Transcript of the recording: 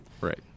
Right